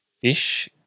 fish